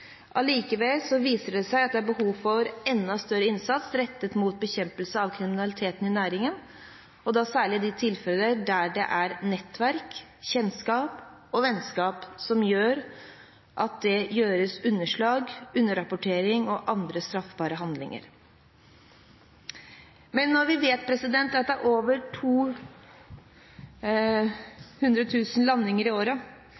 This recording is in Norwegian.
Allikevel viser det seg at det er behov for enda større innsats rettet mot bekjempelse av kriminaliteten i næringen, og da særlig i de tilfeller der det er nettverk, kjennskap og vennskap som gjør at det skjer underslag, underrapportering og andre straffbare handlinger. Men når vi vet at det er over 200 000 landinger i